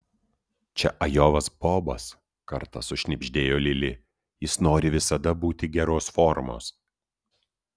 čia ajovos bobas kartą sušnibždėjo lili jis nori visada būti geros formos